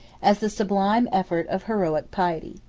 as the sublime effort of heroic piety.